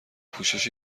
پوشش